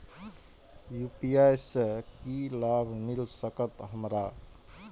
UPI से की लाभ मिल सकत हमरा?